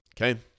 Okay